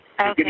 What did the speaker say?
Okay